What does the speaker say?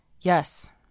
Yes